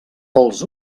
els